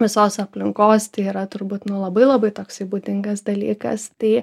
visos aplinkos tai yra turbūt nu labai labai toksai būdingas dalykas tai